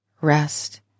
rest